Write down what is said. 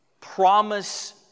promise